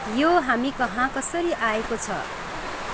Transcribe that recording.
यो हामीकहाँ कसरी आएको छ